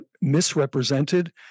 misrepresented